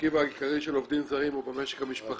המרכיב העיקרי של עובדים זרים הוא במשק המשפחתי.